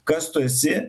kas tu esi